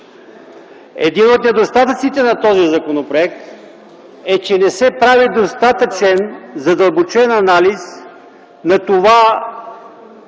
Един от недостатъците на този законопроект е, че не се прави достатъчен, задълбочен анализ на това